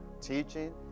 teaching